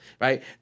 Right